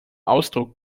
ausdruck